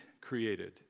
created